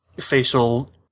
facial